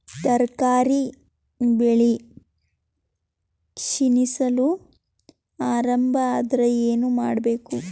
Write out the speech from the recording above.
ತರಕಾರಿ ಬೆಳಿ ಕ್ಷೀಣಿಸಲು ಆರಂಭ ಆದ್ರ ಏನ ಮಾಡಬೇಕು?